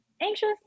anxious